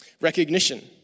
Recognition